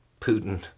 Putin